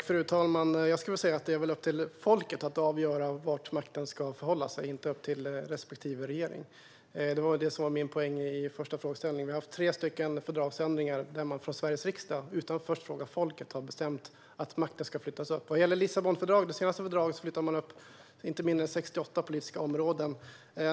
Fru talman! Det är väl upp till folket att avgöra var makten ska ligga, inte upp till respektive regering. Det var poängen med min fråga. Det har skett tre fördragsändringar där Sveriges riksdag utan att först ha frågat folket har bestämt att makten ska flyttas. Med det senaste fördraget, Lissabonfördraget, flyttades inte mindre än 68 politiska områden.